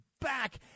back